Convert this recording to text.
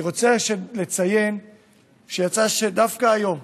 אני רוצה לציין שיצא שדווקא היום